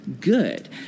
good